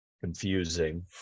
confusing